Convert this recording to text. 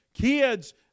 kids